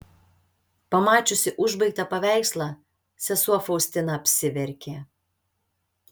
pamačiusi užbaigtą paveikslą sesuo faustina apsiverkė